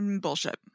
Bullshit